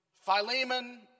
Philemon